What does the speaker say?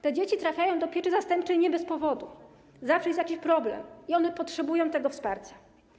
Te dzieci trafiają do pieczy zastępczej nie bez powodu, zawsze jest jakiś problem i one potrzebują tego wsparcia.